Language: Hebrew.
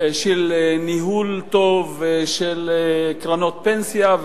של ניהול טוב של קרנות פנסיה,